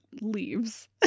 leaves